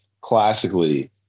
classically